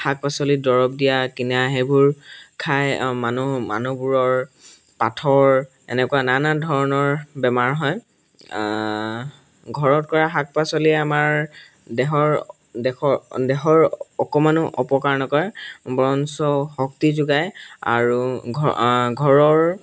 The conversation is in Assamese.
শাক পাচলিত দৰৱ দিয়া কিনা সেইবোৰ খাই মানুহ মানুহবোৰৰ পাথৰ এনেকুৱা নানান ধৰণৰ বেমাৰ হয় ঘৰত কৰা শাক পাচলিয়ে আমাৰ দেহৰ দেশৰ দেহৰ অকণমানো অপকাৰ নকৰে বৰঞ্চ শক্তি যোগায় আৰু ঘ ঘৰৰ